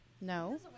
No